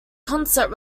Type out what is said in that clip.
concert